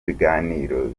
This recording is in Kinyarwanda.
biganiro